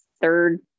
third